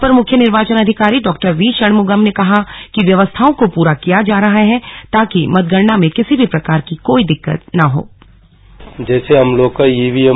अपर मुख्य निर्वाचन अधिकारी डॉ वी षणमुगम ने कहा कि व्यवस्थाओं को पूरा किया जा रहा है ताकि मतगणना में किसी भी प्रकार की कोई दिक्कत न आए